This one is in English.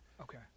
Okay